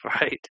Right